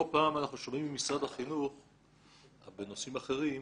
לא פעם אנחנו שומעים ממשרד החינוך בנושאים אחרים,